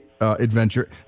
adventure